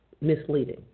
misleading